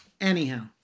Anyhow